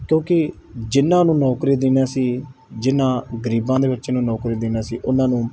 ਕਿਉਂਕਿ ਜਿਹਨਾਂ ਨੂੰ ਨੌਕਰੀ ਦੇਣੀਆਂ ਸੀ ਜਿਹਨਾਂ ਗਰੀਬਾਂ ਦੇ ਵਿੱਚ ਇਹਨੂੰ ਨੌਕਰੀ ਦੇਣਾ ਸੀ ਉਹਨਾਂ ਨੂੰ